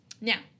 now